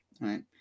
right